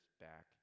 back